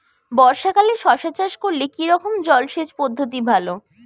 বর্ষাকালে শশা চাষ করলে কি রকম জলসেচ পদ্ধতি ভালো?